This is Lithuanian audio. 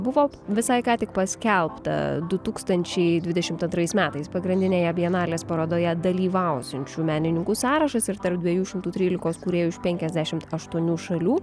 buvo visai ką tik paskelbta du tūkstančiai dvidešimt antrais metais pagrindinėje bienalės parodoje dalyvausiančių menininkų sąrašas ir tarp dviejų šimtų trylikos kūrėjų iš penkiasdešimt aštuonių šalių